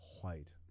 white